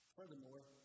Furthermore